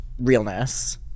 realness